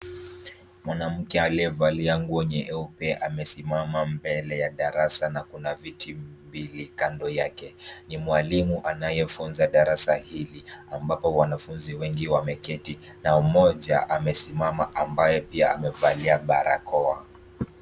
Mwanamke aliyevalia nguo nyeupe amesimama mbele ya darasa na kuna viti mbili kando yake. Ni mwalimu anayefunza darasa hili ambapo wanafunzi wengi wameketi na mmoja amesimama ambaye pia amevalia barakoa.